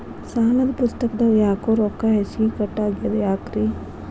ಸಾಲದ ಪುಸ್ತಕದಾಗ ಯಾಕೊ ರೊಕ್ಕ ಹೆಚ್ಚಿಗಿ ಕಟ್ ಆಗೆದ ಯಾಕ್ರಿ?